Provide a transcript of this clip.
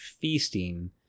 feasting